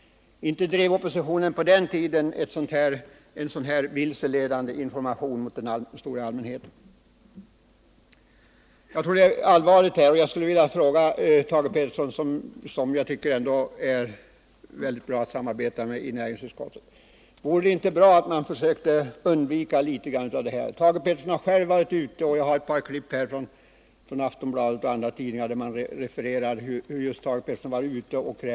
Inte bedrev oppositionen på den tiden en sådan våldsam kritik som nu eller en så här vilseledande informationsverksamhet till den stora allmänheten. Jag anser att detta är allvarligt, och jag skulle vilja fråga Thage Peterson, som ändå är mycket bra att samarbeta med i näringsutskottet: Vore det inte bra om man försökte undvika litet grand av det här? Thage Peterson har själv varit ute och krävt regeringens avgång; jag har ett par klipp ur Aftonbladet och andra tidningar där det refereras.